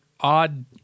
odd